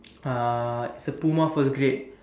uh it's a Puma first grade